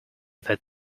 that